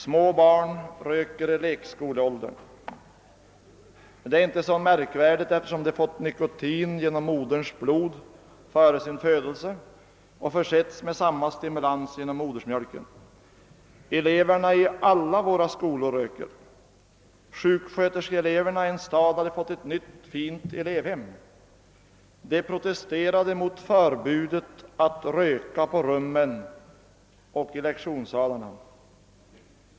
Små barn i lekskoleåldern röker — och det är inte så märkvärdigt, eftersom de har fått nikotin i sig genom moderns blod före sin födelse och försetts med samma stimulans genom modersmjölken. Eleverna i alla våra skolor röker. Sjuksköterskeleverna i en stad hade t.ex. fått ett nytt, fint elevhem, och de protesterade mot förbudet att röka på rummen och i lektionssalarna.